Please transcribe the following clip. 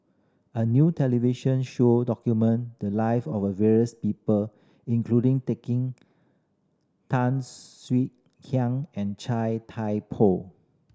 a new television show document the live of various people including Tan Swie Hian and Chai Thai Poh